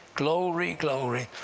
glory! glory!